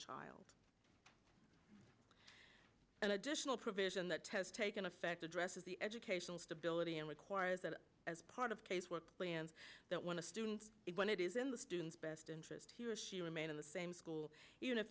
child an additional provision that has taken effect addresses the educational stability and requires that as part of casework plan that when a student when it is in the student's best interest he or she remain in the same school even if